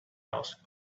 asked